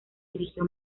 dirigió